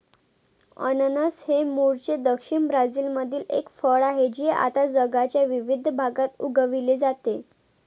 अननस हे मूळचे दक्षिण ब्राझीलमधील एक फळ आहे जे आता जगाच्या विविध भागात उगविले जाते